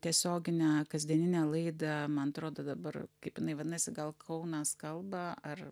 tiesioginę kasdieninę laidą man atrodo dabar kaip jinai vadinasi gal kaunas kalba ar